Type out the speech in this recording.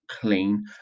clean